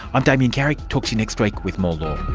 i'm damien carrick, talk to you next week with more law